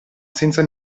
senza